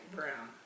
Brown